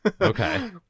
Okay